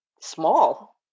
small